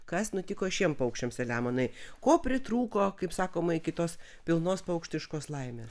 kas nutiko šiem paukščiams salemonai ko pritrūko kaip sakoma iki tos pilnos paukštiškos laimės